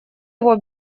его